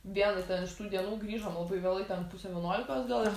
vienoj ten iš tų dienų grįžom labai vėlai ten pusę vienuolikos gal ir